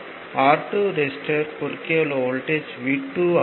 R12 resistor குறுக்கே உள்ள voltage V2 ஆகும்